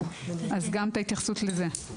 גם ההתייחסות לזה.